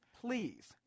please